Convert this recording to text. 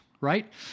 Right